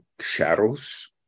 shadows